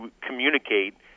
communicate